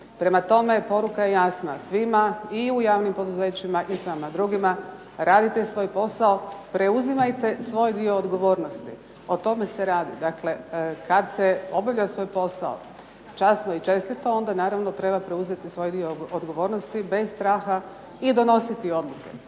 Prema tome, poruka je jasna svima i u javnim poduzećima i svima drugima, radite svoj posao, preuzimajte svoj dio odgovornosti. O tome se radi. Dakle, kad se obavlja svoj posao časno i čestito onda naravno treba preuzeti svoj dio odgovornosti bez straha i donositi odluke.